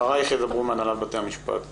אחריה ידבר ברק לייזר מהנהלת בתי המשפט.